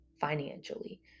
financially